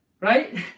right